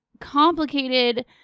complicated